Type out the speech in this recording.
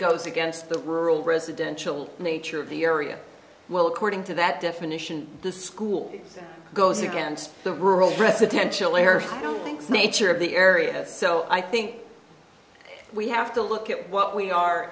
goes against the rural residential nature of the area well according to that definition the school goes against the rural residential area no thanks nature of the area so i think we have to look at what we are